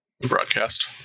Broadcast